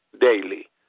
daily